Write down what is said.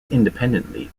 independently